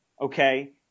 okay